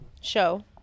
show